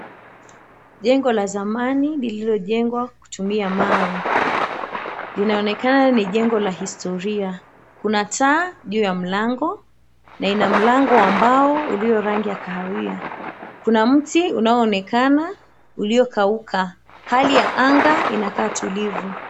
Jengo la zamani lililojengwa kutumia mawe inaonekana ni jengo la historia. Kuna taa juu ya mlango na ina mlango wa mbao uliyo rangi ya kahawia, kuna mti unaonekana uliokauka hali ya anga inakaa tulivu.